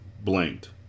blinked